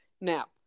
now